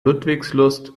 ludwigslust